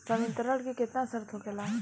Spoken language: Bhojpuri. संवितरण के केतना शर्त होखेला?